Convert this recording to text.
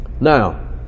Now